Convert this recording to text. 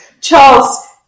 Charles